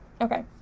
okay